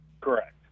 correct